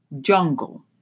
Jungle